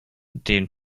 den